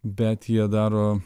bet jie daro